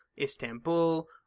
Istanbul